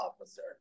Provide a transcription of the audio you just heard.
officer